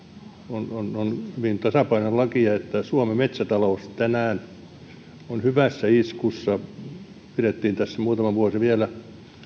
on on hyvin tasapainoinen laki ja että suomen metsätalous on tänään hyvässä iskussa sitä pidettiin tässä muutama vuosi sitten vielä